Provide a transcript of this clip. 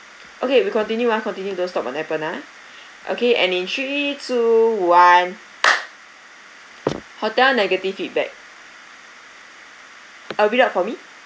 okay we continue ah continue don't stop on appen ah okay and in three two one hotel negative feedback uh read out for me